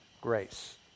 grace